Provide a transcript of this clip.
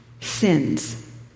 sins